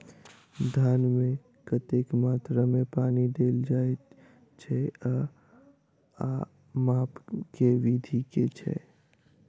धान मे कतेक मात्रा मे पानि देल जाएँ छैय आ माप केँ विधि केँ छैय?